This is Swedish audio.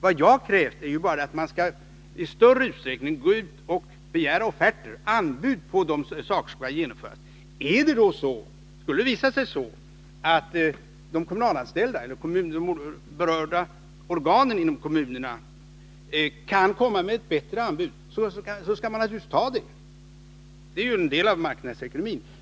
Vad jag krävt är bara att man i större utsträckning skall gå ut och begära anbud på de arbeten som skall utföras. Skulle det visa sig att de berörda organen inom kommunen kan komma med det bästa anbudet, skall man naturligtvis ta det. Det är ju en del av marknadsekonomin.